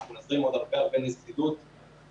ואנחנו נזרים עוד הרבה נזילות לשוק.